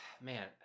man